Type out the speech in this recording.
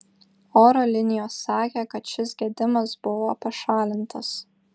oro linijos sakė kad šis gedimas buvo pašalintas